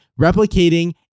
replicating